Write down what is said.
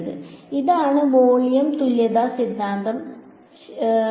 അതിനാൽ ഇതാണ് വോളിയം തുല്യത സിദ്ധാന്തം ശരിയാണ്